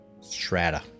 strata